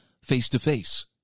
face-to-face